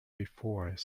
before